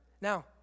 Now